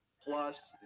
plus